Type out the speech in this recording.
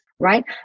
Right